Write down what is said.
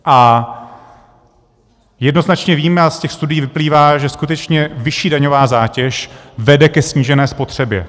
A jednoznačně víme a z těch studií vyplývá, že skutečně vyšší daňová zátěž vede ke snížené spotřebě.